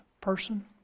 person